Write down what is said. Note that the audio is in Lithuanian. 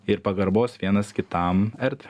ir pagarbos vienas kitam erdvę